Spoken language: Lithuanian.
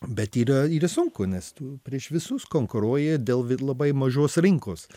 bet yra yra sunku nes tu prieš visus konkuruoji dėl labai mažos rinkos